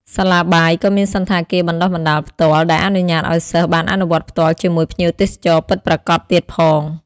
សាលាបាយក៏មានសណ្ឋាគារបណ្តុះបណ្តាលផ្ទាល់ ដែលអនុញ្ញាតឱ្យសិស្សបានអនុវត្តផ្ទាល់ជាមួយភ្ញៀវទេសចរណ៍ពិតប្រាកដទៀតផង។